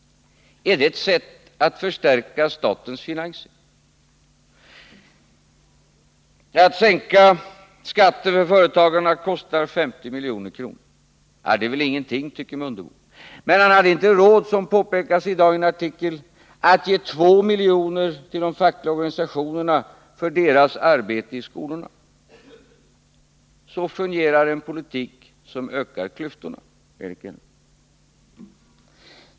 Är det ett sätt att förstärka statens finanser? Att sänka skatten för företagarna kostar 50 milj.kr. Det är väl ingenting, tycker herr Mundebo. Men han hade inte råd, såsom påpekas i en artikel i dag, att ge 2 miljoner till de fackliga organisationerna för deras arbete i skolorna. Så fungerar en politik som ökar klyftorna, Eric Enlund.